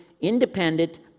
independent